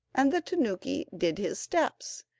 and the tanuki did his steps,